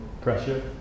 pressure